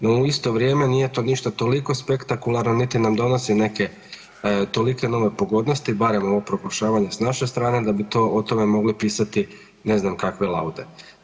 No u isto vrijeme nije to ništa toliko spektakularno niti nam donosi neke tolike nove pogodnosti, barem ovo proglašavanje s naše strane da bi o tome mogli pisati ne znam kakve laude.